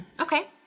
okay